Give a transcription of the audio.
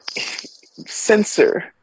censor